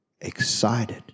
excited